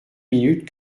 minutes